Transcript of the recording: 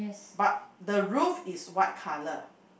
but the roof is white colour